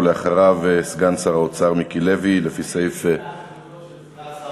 ואחריו, סגן שר האוצר מיקי לוי, לפי סעיף, מוותר.